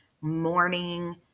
morning